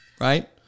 right